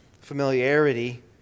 familiarity